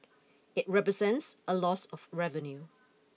it represents a loss of revenue